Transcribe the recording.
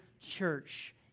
church